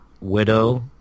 widow